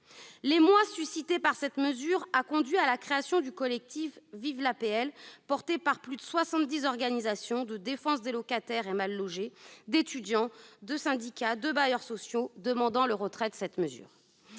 L'émoi suscité par cette mesure a conduit à la création du collectif Vive l'APL, rassemblant plus de 70 organisations de défense des locataires et mal-logés, d'étudiants, de syndicats et de bailleurs sociaux réclamant le retrait de celle-ci.